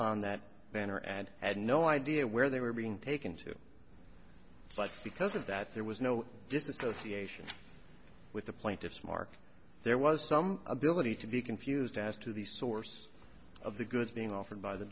on that banner ad had no idea where they were being taken to but because of that there was no disassociation with the plaintiffs mark there was some ability to be confused as to the source of the goods being offered by the